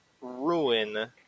ruin